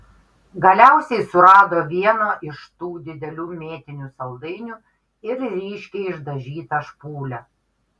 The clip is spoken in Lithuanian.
galiausiai surado vieną iš tų didelių mėtinių saldainių ir ryškiai išdažytą špūlę